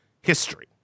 history